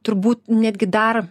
turbūt netgi dar